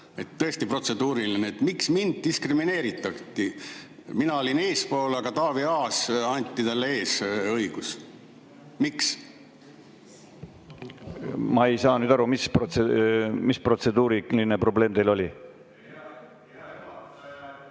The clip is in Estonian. Tõesti protseduuriline. Miks mind diskrimineeritakse? Mina olin eespool, aga Taavi Aasale anti eesõigus. Miks? Ma ei saa nüüd aru, mis protseduuriline probleem teil oli.